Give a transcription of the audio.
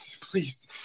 Please